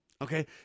Okay